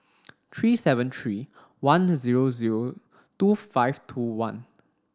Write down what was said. three seven three one zero zero two five two one